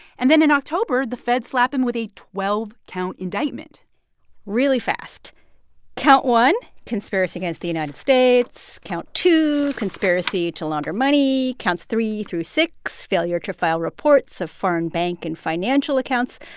and then in october, the feds slap him with a twelve count indictment really fast count one, conspiracy against the united states. count two, conspiracy to launder money. counts three through six, failure to file reports of foreign bank and financial accounts.